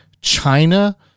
China